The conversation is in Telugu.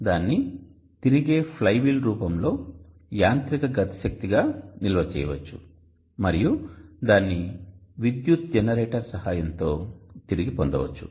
మరో విధంగా దానిని తిరిగే ఫ్లైవీల్ రూపంలో యాంత్రిక గతి శక్తిగా నిల్వ చేయవచ్చు మరియు దాన్ని విద్యుత్ జనరేటర్ సహాయంతో తిరిగి పొందవచ్చు